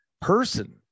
person